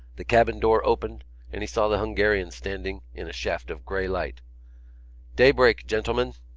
the cabin door opened and he saw the hungarian standing in a shaft of grey light daybreak, gentlemen!